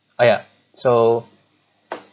oh ya so